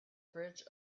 bridge